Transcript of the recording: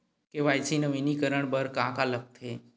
KYC नवीनीकरण बर का का लगथे?